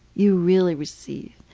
you really receive.